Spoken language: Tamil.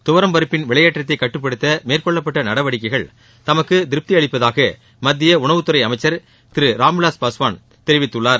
துவரம் பருப்பின் விலையேற்றத்தை கட்டுப்படுத்த மேற்கொள்ளப்பட்ட நடவடிக்கைகள் தமக்கு திருப்தி அளிப்பதாக மத்திய உணவுத்துறை அமைச்சர் திரு ராம்விலாஸ் பாஸ்வான் தெரிவித்துள்ளார்